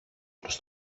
προς